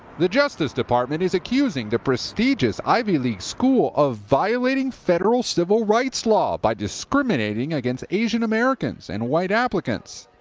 the justice department is accusing the prestigious ivy league school of violating federal civil rights law by discriminating against asian-americans and white applicants.